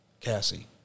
Cassie